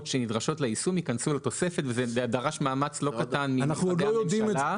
שנדרשות ליישום ייכנסו לתוספת וזה דרש מאמץ לא קטן ממשרדי הממשלה.